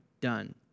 done